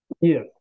Yes